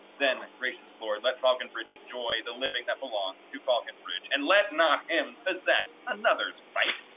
then, gracious lord, let falconbridge enjoy the living that belongs to falconbridge, and let not him possess another's right.